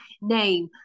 name